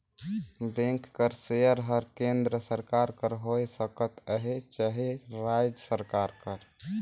bank कर share हर केन्द्र सरकार कर होए सकत अहे चहे राएज सरकार कर